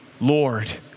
Lord